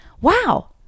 wow